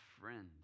friends